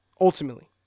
ultimately